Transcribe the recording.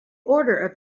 order